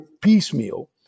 piecemeal